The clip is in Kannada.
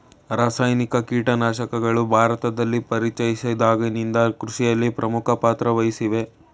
ರಾಸಾಯನಿಕ ಕೀಟನಾಶಕಗಳು ಭಾರತದಲ್ಲಿ ಪರಿಚಯಿಸಿದಾಗಿನಿಂದ ಕೃಷಿಯಲ್ಲಿ ಪ್ರಮುಖ ಪಾತ್ರ ವಹಿಸಿವೆ